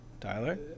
tyler